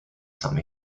some